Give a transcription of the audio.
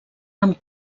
amb